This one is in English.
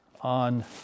on